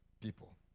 people